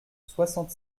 soixante